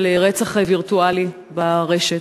של רצח וירטואלי ברשת.